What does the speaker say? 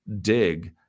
dig